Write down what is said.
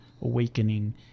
Awakening